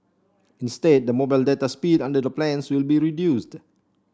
instead the mobile data speed under the plans will be reduced